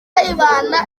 kayibanda